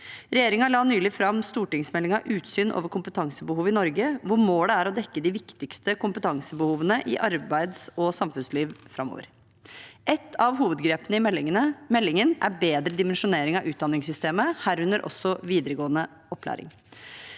Regjeringen la nylig fram stortingsmeldingen «Utsyn over kompetansebehovet i Norge», hvor målet er å dekke de viktigste kompetansebehovene i arbeids- og samfunnsliv framover. Et av hovedgrepene i meldingen er bedre dimensjonering av utdanningssystemet, herunder også videregående opplæring.